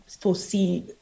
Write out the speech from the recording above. foresee